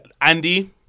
Andy